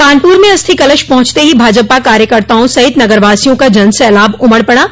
कानपुर में अस्थि कलश पहुंचते ही भाजपा कार्यकर्ताओं सहित नगरवासियों का जनसैलाब उमड़ पड़ा